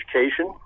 education